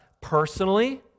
personally